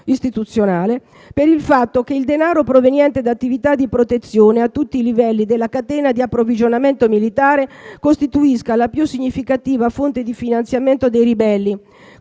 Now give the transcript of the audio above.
ufficiale - per il fatto che il denaro proveniente da attività di protezione a tutti i livelli della catena di approvvigionamento militare costituisca la più significativa fonte di finanziamento dei ribelli,